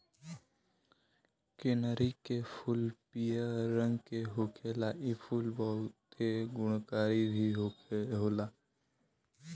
कनेरी के फूल पियर रंग के होखेला इ फूल बहुते गुणकारी भी होला